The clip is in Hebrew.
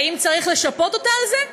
האם צריך לשפות אותה על זה?